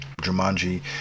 Jumanji